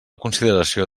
consideració